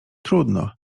trudno